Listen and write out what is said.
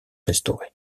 restaurée